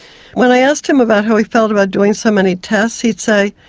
when i asked him about how he felt about doing so many tests he'd say,